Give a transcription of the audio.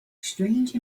strange